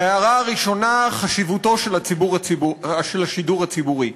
ההערה הראשונה, חשיבותו של השידור הציבורי.